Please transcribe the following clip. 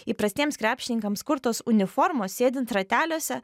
įprastiems krepšininkams kurtos uniformos sėdint rateliuose